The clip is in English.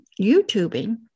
YouTubing